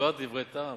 דיברת דברי טעם,